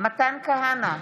מתן כהנא,